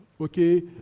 okay